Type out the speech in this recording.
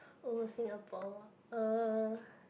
old Singapore uh